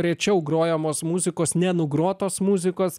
rečiau grojamos muzikos nenugrotos muzikos